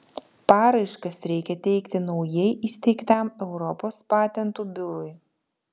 paraiškas reikia teikti naujai įsteigtam europos patentų biurui